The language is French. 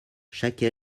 chaque